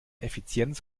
effizienz